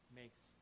makes